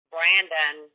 Brandon